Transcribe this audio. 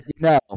No